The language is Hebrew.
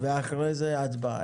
ואחרי זה הצבעה.